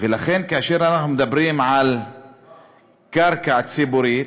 ולכן, כאשר אנחנו מדברים על קרקע ציבורית,